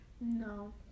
No